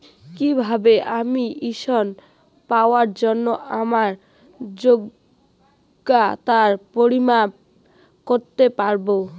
কিভাবে আমি ঋন পাওয়ার জন্য আমার যোগ্যতার পরিমাপ করতে পারব?